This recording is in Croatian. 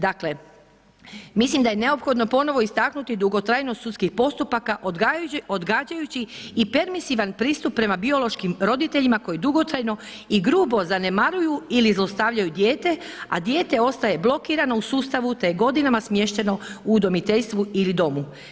Dakle, mislim da je neophodno ponovno istaknuti dugotrajnost sudskih postupaka odgađajući i permisivan pristup prema biološkim roditeljima koji dugotrajno i grubo zanemaruju ili zlostavljaju dijete a dijete ostaje blokirani u sustavu te je godinama smješteno u udomiteljstvu ili domu.